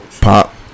Pop